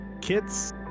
Kit's